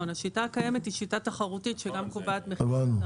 השיטה הקיימת היא שיטה תחרותית שגם קובעת מחירים,